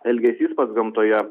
elgesys gamtoje